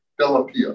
Delapia